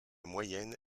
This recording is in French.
moyenne